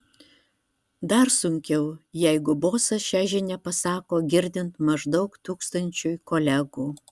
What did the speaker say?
dar sunkiau jeigu bosas šią žinią pasako girdint maždaug tūkstančiui kolegų